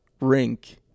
rink